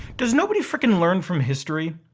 does nobody frickin' learn from history?